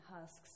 husks